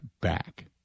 back